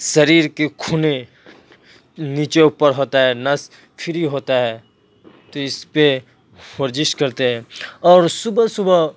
شریر کی خونیں نیچے اوپر ہوتا ہے نس فری ہوتا ہے تو اس پہ ورزش کرتے ہیں اور صبح صبح